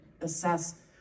assess